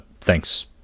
Thanks